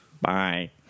Bye